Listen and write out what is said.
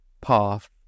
path